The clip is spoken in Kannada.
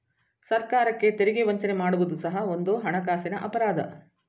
ಸರ್ಕಾರಕ್ಕೆ ತೆರಿಗೆ ವಂಚನೆ ಮಾಡುವುದು ಸಹ ಒಂದು ಹಣಕಾಸಿನ ಅಪರಾಧ